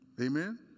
Amen